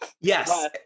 yes